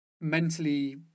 mentally